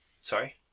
Sorry